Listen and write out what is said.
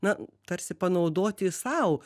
na tarsi panaudoti sau